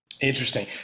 Interesting